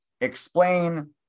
Explain